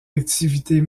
activités